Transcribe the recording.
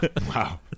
Wow